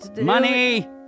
Money